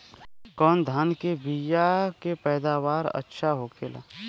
कवन धान के बीया के पैदावार अच्छा होखेला?